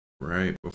right